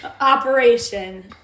Operation